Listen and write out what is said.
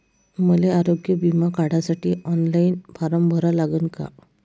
मले आरोग्य बिमा काढासाठी ऑनलाईन फारम भरा लागन का?